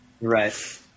Right